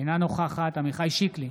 אינה נוכחת עמיחי שיקלי,